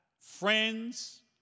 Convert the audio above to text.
friends